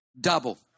double